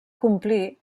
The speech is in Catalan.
complir